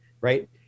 right